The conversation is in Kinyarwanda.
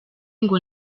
ngo